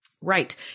Right